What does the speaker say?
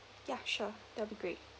ya sure that will be great